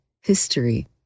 history